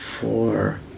four